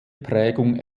prägung